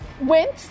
went